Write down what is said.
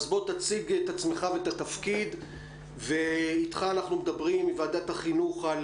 תציג את עצמך ואת התפקיד ואיתך אנחנו מדברים מוועדת החינוך על